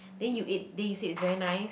then you ate then you said it's very nice